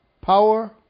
power